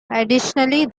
additionally